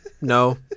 No